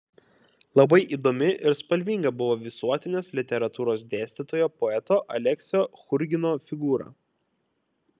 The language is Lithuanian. labai įdomi ir spalvinga buvo visuotinės literatūros dėstytojo poeto aleksio churgino figūra